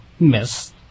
Miss